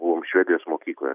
buvom švedijos mokykloje